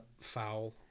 foul